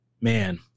man